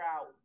out